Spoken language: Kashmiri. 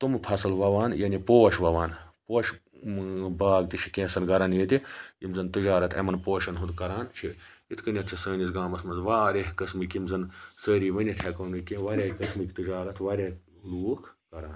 تِم فَصٕل وَوان یعنی پوش وَوان پوشہٕ باغ تہِ چھِ کینٛژھَن گَرَن ییٚتہِ یِم زن تِجارت یِمن پوشن ہُنٛد کران چھِ یِتھ کٕنیٚتھ چھِ سٲنِس گامس منٛز واریاہ قٕسمٕکۍ یِم زَن سٲری وٕنِتھ ہیٚکو نہٕ کینٛہہ واریاہ قٕسمٕکۍ تجارت واریاہ لُکھ کَران